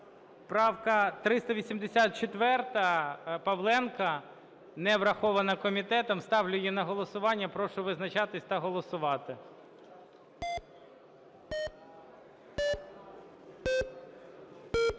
Правка 384 Павленка, не врахована комітетом, ставлю її на голосування. Прошу визначатись та голосувати.